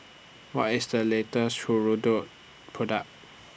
What IS The latest Hirudoid Product